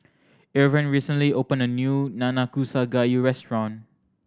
Irven recently opened a new Nanakusa Gayu restaurant